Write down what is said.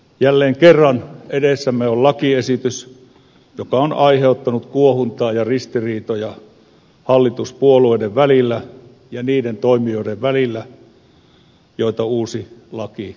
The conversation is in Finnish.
jälleen kerran edessämme on lakiesitys joka on aiheuttanut kuohuntaa ja ristiriitoja hallituspuolueiden välillä ja niiden toimijoiden välillä joita uusi laki koskettaa